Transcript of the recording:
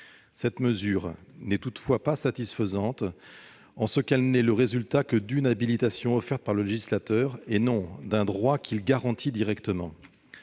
Cette mesure n'est toutefois pas satisfaisante ; elle n'est le résultat que d'une habilitation offerte par le législateur, et non d'un droit qui la garantirait directement.